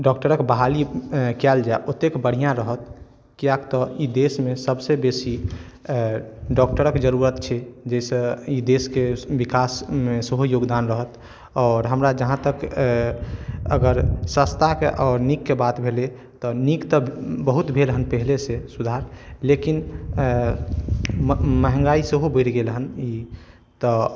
डॉक्टरक बहाली कयल जाय ओतेक बढ़िऑं रहत कियाक तऽ इ देशमे सबसे बेसी डॉक्टरक जरूरत छै जाहिसॅं ई देशके विकास मे सेहो योगदान रहत आओर हमरा जहाँ तक अगर सस्ता के नीक के बात भेलै तऽ नीक तऽ बहुत भेल हँ पहिले सँ सुधार लेकिन महँगाई सेहो बढ़ि गेल हन ई तऽ